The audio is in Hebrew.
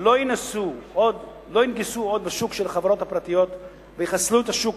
לא ינגסו עוד בשוק של החברות הפרטיות ויחסלו את השוק